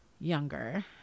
younger